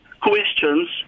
questions